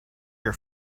your